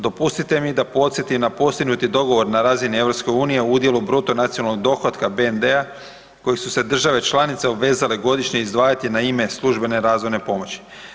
Dopustite mi da podsjetim na postignuti dogovor na razini EU-a u udjelu bruto nacionalnog dohotka (BND-a) kojih su se države članice obvezale godišnje izdvajati na ime službene razvojne pomoći.